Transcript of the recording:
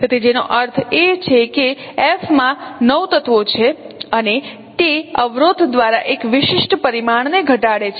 તેથી જેનો અર્થ એ છે કે F માં 9 તત્વો છે અને તે અવરોધ દ્વારા એક વિશિષ્ટ પરિમાણને ઘટાડે છે